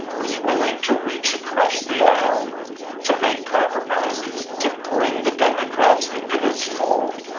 was willing to reach across the aisle to make compromises, to bring the democrats into his fold,